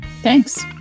Thanks